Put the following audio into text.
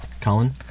Colin